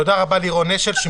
תודה רבה, לירון אשל.